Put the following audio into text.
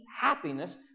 happiness